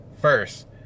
first